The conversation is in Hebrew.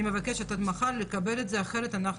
אני מבקשת עד מחר לקבל את זה אחרת אנחנו